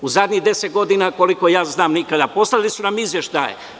U zadnjih deset godina koliko znam nikada, a poslali su nam izveštaje.